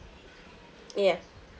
yes